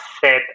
set